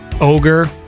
Ogre